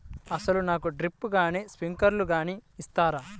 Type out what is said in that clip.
అసలు నాకు డ్రిప్లు కానీ స్ప్రింక్లర్ కానీ ఇస్తారా?